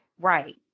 right